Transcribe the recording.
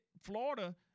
Florida